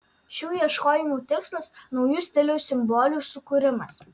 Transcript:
šių ieškojimų tikslas naujų stiliaus simbolių sukūrimas